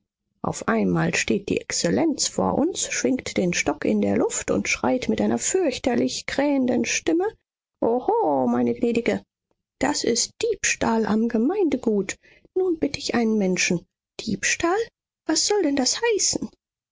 auf einmal steht die exzellenz vor uns schwingt den stock in der luft und schreit mit einer fürchterlich krähenden stimme oho meine gnädige das ist diebstahl am gemeindegut nun bitt ich einen menschen diebstahl was soll denn das heißen